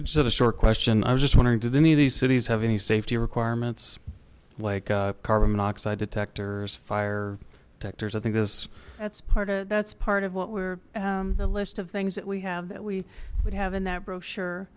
a short question i was just wondering did any of these cities have any safety requirements like carbon monoxide detectors fire detectors i think this that's part of that's part of what we're the list of things that we have that we would have in that brochure